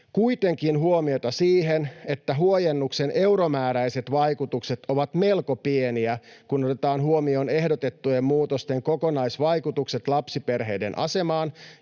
kuitenkin huomiota siihen, että huojennuksen euromääräiset vaikutukset ovat melko pieniä, kun otetaan huomioon ehdotettujen muutosten kokonaisvaikutukset lapsiperheiden asemaan